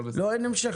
אין המשך.